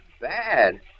bad